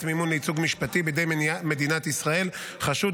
מימון לייצוג משפטי בידי מדינת ישראל (חשוד,